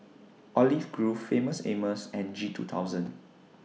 Olive Grove Famous Amos and G two thousand